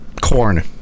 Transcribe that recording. Corn